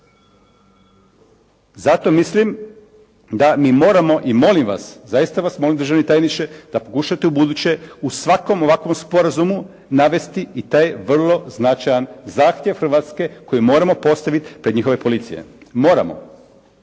Zato mislim da mi moramo i molim vas, zaista vas molim državni tajniče da pokušate ubuduće u svakom ovakvom sporazumu navesti i taj vrlo značajan zahtjev Hrvatske koji moramo postaviti pred njihove policije. Moramo.